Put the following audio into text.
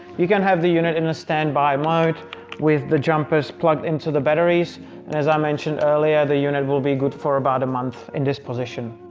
can have the unit in a standby mode with the jumpers plugged into the batteries and as i mentioned earlier the unit will be good for about a month in this position.